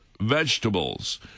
vegetables